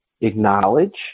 acknowledge